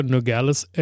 Nogales